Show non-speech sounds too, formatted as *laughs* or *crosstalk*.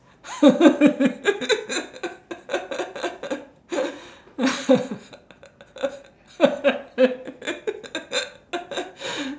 *laughs*